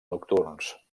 nocturns